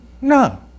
no